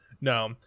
No